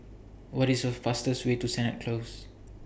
What IS The fastest Way to Sennett Close